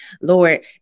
Lord